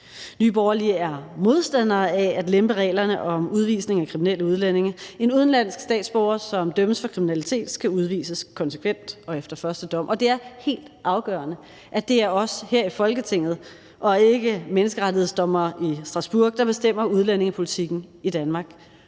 Nye Borgerlige er modstandere af at lempe reglerne for udvisning af kriminelle udlændinge. En udenlandsk statsborger, som dømmes for kriminalitet, skal udvises konsekvent og efter første dom. Det er helt afgørende, at det er os her i Folketinget og ikke menneskerettighedsdommere i Strasbourg, der bestemmer udlændingepolitikken i Danmark.